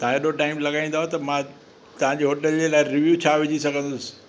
तव्हां ॾाढो टाइम लॻाईंदो त मां तव्हांजे होटल जे लाइ रिव्यू छा विझी सघंदुसि